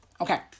Okay